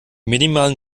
minimalen